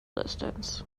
distance